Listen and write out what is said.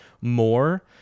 more